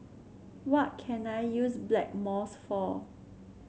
what can I use Blackmores for